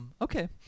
Okay